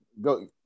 Go